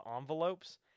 envelopes